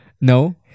No